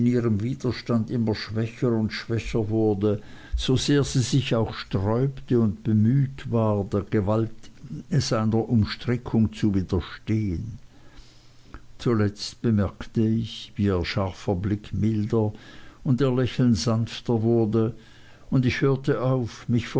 widerstand immer schwächer und schwächer wurde so sehr sie sich auch sträubte und bemüht war der gewalt seiner umstrickung zu widerstehen zuletzt bemerkte ich wie ihr scharfer blick milder und ihr lächeln sanfter wurde und ich hörte auf mich